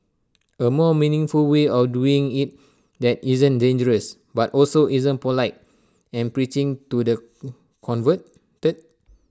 A more meaningful way of doing IT that isn't dangerous but also isn't polite and preaching to the converted